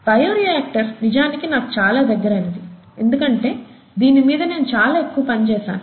bio reactor నిజానికి నాకు చాలా దగ్గరైనది ఎందుకంటే దీని మీద నేను చాలా ఎక్కువ పని చేశాను